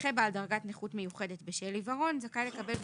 נכה בעל דרכת נכות מיוחדת בשל עיוורון זכאי לקבל,